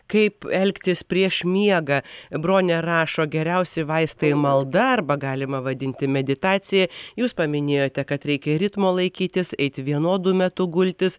kaip elgtis prieš miegą bronė rašo geriausi vaistai malda arba galima vadinti meditacija jūs paminėjote kad reikia ritmo laikytis eiti vienodu metu gultis